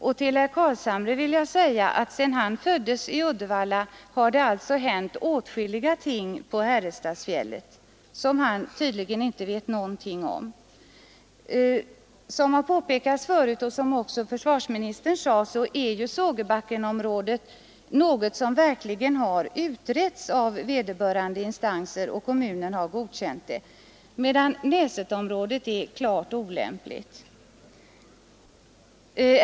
Och till herr Carlshamre vill jag säga, att sedan han föddes i Uddevalla har det hänt åtskilliga ting på Herrestadsfjället som han tydligen inte vet någonting om. Som det har påpekats förut, bl.a. av försvarsministern, är Sågebackenområdet något som verkligen har utretts av vederbörande instanser, och kommunen har godkänt det. Näsetom rådet är däremot klart olämpligt.